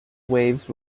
waves